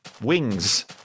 wings